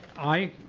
i,